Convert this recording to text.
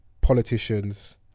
politicians